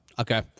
Okay